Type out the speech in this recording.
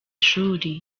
ishuri